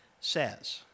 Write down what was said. says